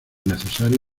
necesario